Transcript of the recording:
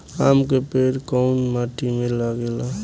आम के पेड़ कोउन माटी में लागे ला?